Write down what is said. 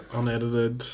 unedited